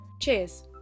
cheers